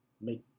Make